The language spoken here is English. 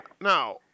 now